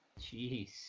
Jeez